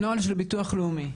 נוהל של ביטוח לאומי.